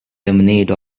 lemonade